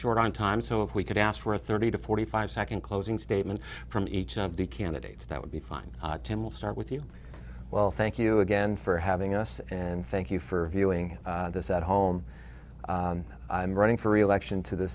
short on time so if we could ask for a thirty to forty five second closing statement from you each of the candidates that would be fun tim will start with you well thank you again for having us and thank you for viewing this at home and running for reelection to th